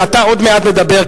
נא לסיים.